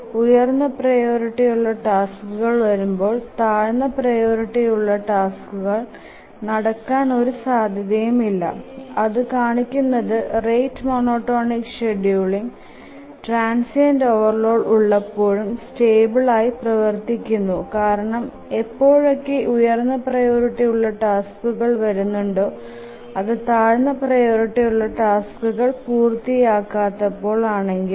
ഉയർന്ന പ്രിയോറിറ്റി ഉള്ള ടാസ്കുകൾ വരുമ്പോൾ താഴ്ന്ന പ്രിയോറിറ്റി ഉള്ള ടാസ്കുകൾ നടക്കാൻ ഒരു സാധ്യതയും ഇല്ലാ അതു കാണിക്കുന്നത് rate monotonic scheduling transient overloads ഉള്ളപ്പോഴും സ്റ്റേബിൾ ആയി പ്രവര്തികുന്നു കാരണം എപ്പോഴൊക്കെ ഉയർന്ന പ്രിയോറിറ്റി ഉള്ള ടാസ്കുകൾ വരുന്നുണ്ടോ അതു താഴ്ന്ന പ്രിയോറിറ്റി ഉള്ള ടാസ്കുകൾ പൂർത്തിയാകാത്തപ്പോൾ ആണെകിലും